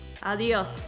Adiós